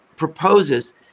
proposes